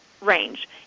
range